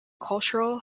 cultural